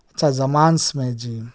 اچھا زمانس میں جی